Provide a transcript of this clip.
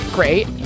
great